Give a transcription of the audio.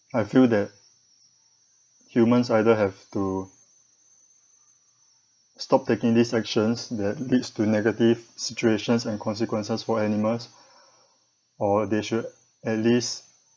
I feel that humans either have to stop taking these actions that leads to negative situations and consequences for animals or they should at least